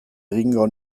egingo